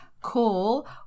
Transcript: call